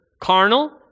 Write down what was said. carnal